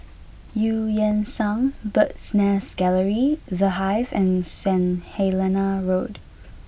Eu Yan Sang Bird's Nest Gallery The Hive and Saint Helena Road